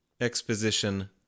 exposition